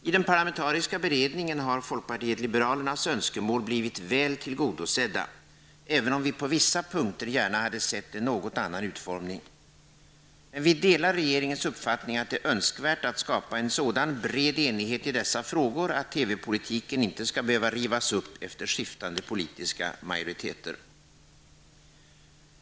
I den parlamentariska beredningen har folkpartiet liberalernas önskemål blivit väl tillgodosedda, även om vi på vissa punkter gärna hade sett en något annan utformning. Vi delar regeringens uppfattning att det är önskvärt att skapa en sådan bred enighet i dessa frågor att TV-politiken inte skall behöva rivas upp efter skiftande politiska majoriteter.